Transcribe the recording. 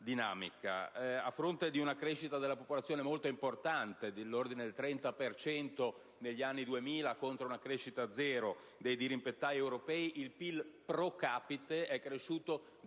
A fronte di una crescita della popolazione molto importante, dell'ordine del 30 per cento negli anni 2000, contro una crescita zero dei dirimpettai europei, il PIL *pro capite* è cresciuto di oltre